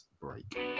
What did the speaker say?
break